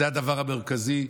זה הדבר המרכזי,